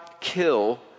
kill